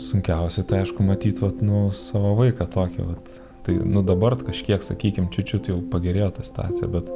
sunkiausia tai aišku matyt vat nu savo vaiką tokį vat tai nu dabar t kažkiek sakykim čiut čiut jau pagerėjo ta situacija bet